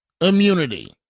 immunity